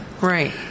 Right